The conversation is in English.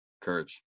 Courage